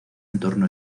entorno